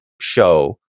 show